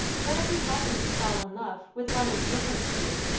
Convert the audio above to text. but if he happens to fall in love with one in a different sphere,